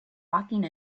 walking